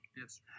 Yes